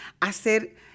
hacer